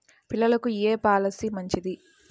పిల్లలకు ఏ పొలసీ మంచిది?